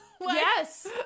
Yes